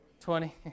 Twenty